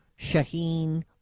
Shaheen